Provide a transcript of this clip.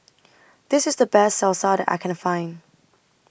This IS The Best Salsa that I Can Find